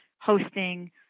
hosting